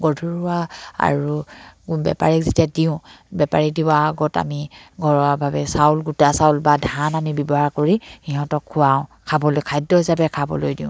গধুৰ হোৱা আৰু বেপাৰীক যেতিয়া দিওঁ বেপাৰী দিয়া আগত আমি ঘৰুৱাভাৱে চাউল গোটা চাউল বা ধান আমি ব্যৱহাৰ কৰি সিহঁতক খোৱাওঁ খাবলৈ খাদ্য হিচাপে খাবলৈ দিওঁ